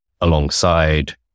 alongside